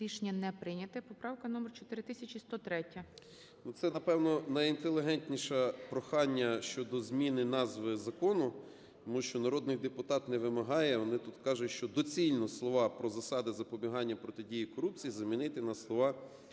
це, напевно, найінтелігентніше прохання щодо зміни назви закону, тому що народний депутат не вимагає, вони тут кажуть, що доцільно слова "про засади запобігання і протидії корупції" замінити на слова "Про